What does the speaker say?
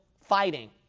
fighting